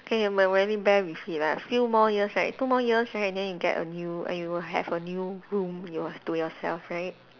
okay I might really bear with it lah few more years right two more years right then you get a new and you will have a new room your to yourself right